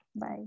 Bye